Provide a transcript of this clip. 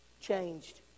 changed